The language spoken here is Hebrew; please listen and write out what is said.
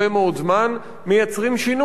מייצרים שינוי גם חברתי,